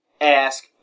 ask